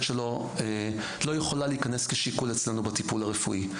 שלו לא יכולה להיכנס כשיקול אצלנו בטיפול הרפואי.